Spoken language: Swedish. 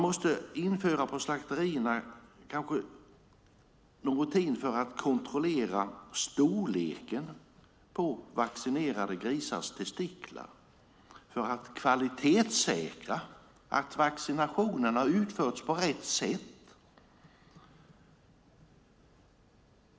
Slakterierna kanske måste införa något för att kontrollera storleken på vaccinerade grisars testiklar för att kvalitetssäkra att vaccinationen har utförts på rätt sätt.